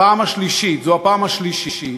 זו הפעם השלישית